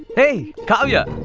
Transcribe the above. hey kavya!